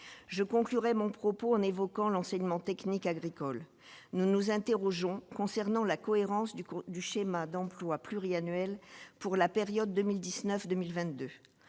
je conclurai mon propos en évoquant l'enseignement technique agricole, nous nous interrogeons concernant la cohérence du coût du schéma d'emploi pluriannuel pour la période 2019, 2022,